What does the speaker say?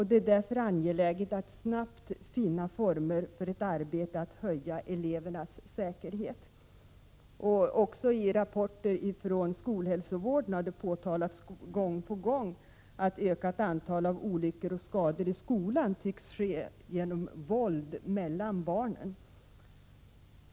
Det är därför angeläget att snabbt finna former för ett arbete att höja elevernas säkerhet.” Även i rapporter från skolhälsovården har det gång på gång påtalats att ett ökat antal olyckor och skador i skolan tycks ske genom våld mellan barnen.